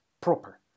proper